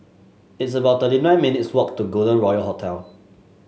it's about thirty nine minutes' walk to Golden Royal Hotel